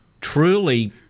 truly